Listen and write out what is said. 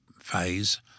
phase